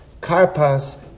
Karpas